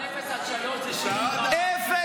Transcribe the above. מאפס עד שלוש זה, אפס.